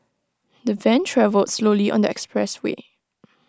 the van travelled slowly on the expressway